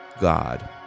God